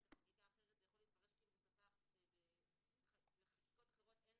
בחקיקה אחרת זה יכול להתפרש כאילו בחקיקות נוספות אין